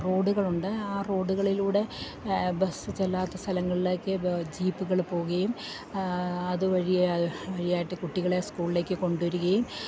റോഡുകളുണ്ട് ആ റോഡുകളിലൂടെ ബസ്സ് ചെല്ലാത്ത സ്ഥലങ്ങളിലേക്ക് ജീപ്പുകള് പോവുകയും അതു വഴിയായിട്ട് കുട്ടികളെ സ്കൂളിലേക്കു കൊണ്ടുവരികയും